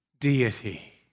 deity